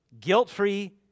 guilt-free